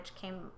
came